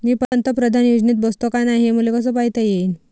मी पंतप्रधान योजनेत बसतो का नाय, हे मले कस पायता येईन?